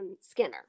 Skinner